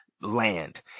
land